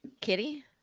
Kitty